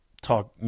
talk